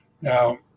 Now